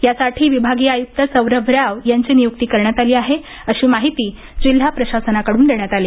यासाठी विभागीय आयुक्त सौरभ राव यांची नियुक्ती करण्यात आली आहे अशी माहिती जिल्हा प्रशासनाकडून देण्यात आली